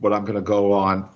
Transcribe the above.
but i'm going to go on